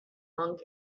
monk